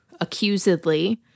accusedly